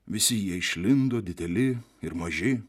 visi jie išlindo dideli ir maži